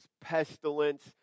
pestilence